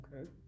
Okay